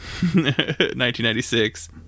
1996